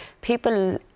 people